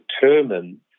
determine